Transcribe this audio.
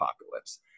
apocalypse